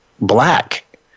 black